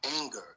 anger